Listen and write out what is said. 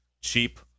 Cheap